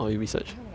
I heard from my friend